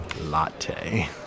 Latte